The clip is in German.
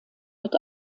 mit